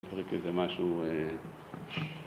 איזה משהו...